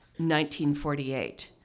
1948